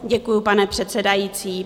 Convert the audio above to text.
Děkuji, pane předsedající.